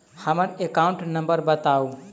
हम्मर account number बताऊ?